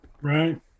Right